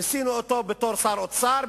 ניסינו אותו בתור שר אוצר,